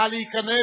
נא להיכנס.